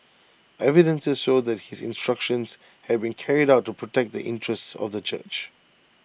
evidences showed that his instructions had been carried out to protect the interests of the church